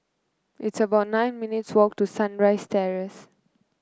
it's about nine minutes' walk to Sunrise Terrace